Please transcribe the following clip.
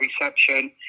reception